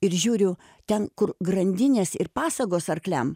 ir žiūriu ten kur grandinės ir pasagos arkliam